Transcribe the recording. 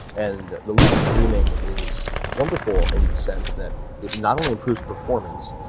and the lucid dreaming is wonderful in the sense that it not only improves performance,